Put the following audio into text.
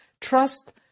trust